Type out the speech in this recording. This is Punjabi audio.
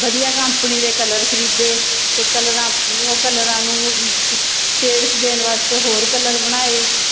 ਵਧੀਆ ਕੰਪਨੀ ਦੇ ਕਲਰ ਖਰੀਦੇ ਅਤੇ ਕਲਰਾਂ ਉਹ ਕਲਰਾਂ ਨੂੰ ਉਹ ਸ਼ ਸ਼ੇਡਸ ਦੇਣ ਵਾਸਤੇ ਹੋਰ ਕਲਰ ਬਣਾਏ